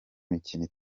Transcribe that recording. mikino